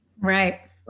Right